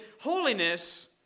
holiness